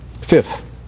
Fifth